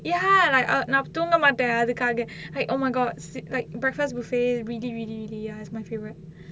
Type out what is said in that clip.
ya like நா தூங்க மாட்டேன் அதுக்காக:naa thoonga maattaen athukkaaga like oh my god like breakfast buffet really really really ya is my favourite